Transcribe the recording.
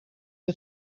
het